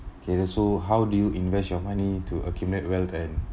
K then so how do you invest your money to accumulate wealth and